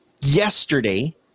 yesterday